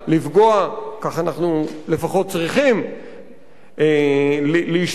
כך אנחנו לפחות צריכים להשתדל לעשות,